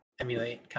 emulate